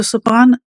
מצו סופרן,